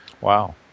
Wow